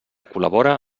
col·labora